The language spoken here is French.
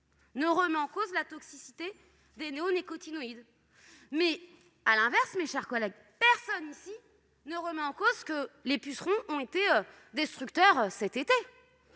ne remet en cause la toxicité des néonicotinoïdes. Mais inversement, mes chers collègues, personne ne remet en cause le fait que les pucerons ont été destructeurs cet été.